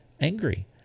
angry